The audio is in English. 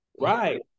Right